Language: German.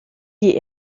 die